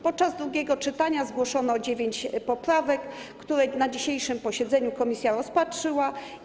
Podczas drugiego czytania zgłoszono dziewięć poprawek, które na dzisiejszym posiedzeniu komisja rozpatrzyła.